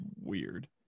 weird